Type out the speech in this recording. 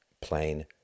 plain